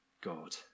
god